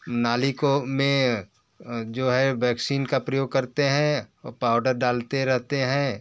नाली को में जो है वैक्सीन का प्रयोग करते हैं पाउडर डालते रहते हैं